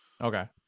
okay